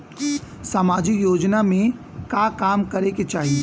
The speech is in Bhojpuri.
सामाजिक योजना में का काम करे के चाही?